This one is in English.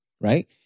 right